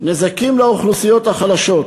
נזקים לאוכלוסיות החלשות,